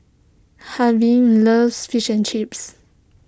Harvie loves Fish and Chips